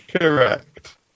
Correct